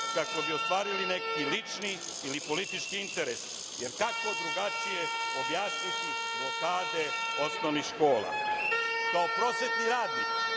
kako bi ostvarili neki lični ili politički interes, jer kako drugačije objasniti blokade osnovnih škola. Kao prosvetni radnik